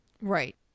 Right